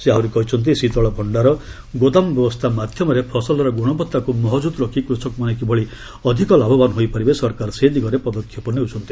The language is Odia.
ସେ ଆହୁରି କହିଛନ୍ତି ଶୀତଳ ଭଣ୍ଡାର ଗୋଦାମ ବ୍ୟବସ୍ଥା ମାଧ୍ୟମରେ ଫସଲର ଗଣୁବତ୍ତାକୁ ମହକ୍ରୁଦ୍ ରଖି କୃଷକମାନେ କିଭଳି ଅଧିକ ଲାଭବାନ ହୋଇପାରିବେ ସରକାର ସେ ଦିଗରେ ପଦକ୍ଷେପ ନେଉଛନ୍ତି